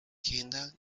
kendall